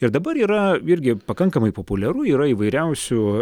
ir dabar yra irgi pakankamai populiaru yra įvairiausių